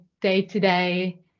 day-to-day